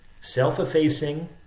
self-effacing